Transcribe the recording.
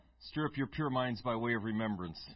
stir-up-your-pure-minds-by-way-of-remembrance